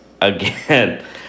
Again